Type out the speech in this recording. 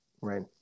Right